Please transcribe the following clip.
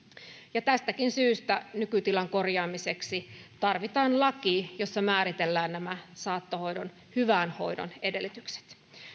tästäkin syystä nykytilan korjaamiseksi tarvitaan laki jossa määritellään nämä saattohoidon hyvän hoidon edellytykset